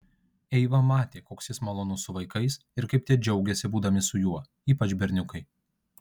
eiva matė koks jis malonus su vaikais ir kaip tie džiaugiasi būdami su juo ypač berniukai